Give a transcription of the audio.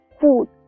food